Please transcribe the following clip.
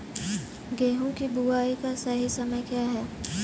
गेहूँ की बुआई का सही समय क्या है?